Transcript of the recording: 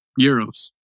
euros